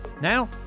Now